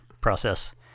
process